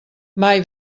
mai